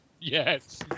yes